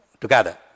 together